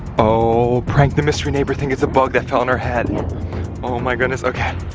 oh! prank the mystery neighbor thing it's a bug that fell on her head yeah oh my goodness okay.